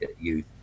youth